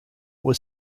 was